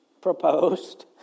proposed